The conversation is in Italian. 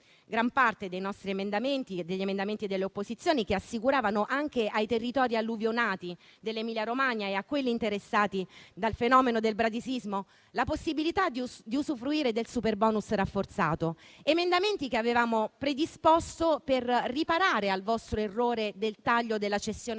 gran parte degli emendamenti delle opposizioni che assicuravano anche ai territori alluvionati dell'Emilia-Romagna e a quelli interessati dal fenomeno del bradisismo la possibilità di usufruire del superbonus rafforzato; emendamenti che avevamo predisposto per riparare al vostro errore del taglio della cessione